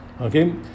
Okay